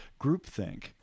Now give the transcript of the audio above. groupthink